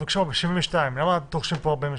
דורשים 72. למה פה 48?